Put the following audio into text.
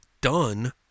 done